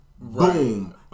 Boom